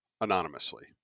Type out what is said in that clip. anonymously